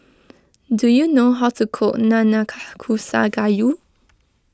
do you know how to cook Nanakusa Gayu